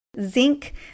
zinc